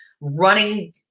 running